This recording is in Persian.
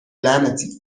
لعنتی